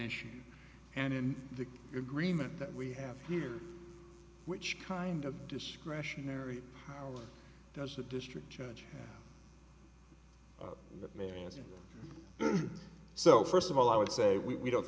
issue and in the agreement that we have here which kind of discretionary power does the district judge let me answer so first of all i would say we don't